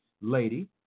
lady